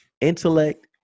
intellect